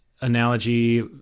analogy